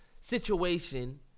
situation